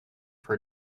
for